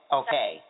okay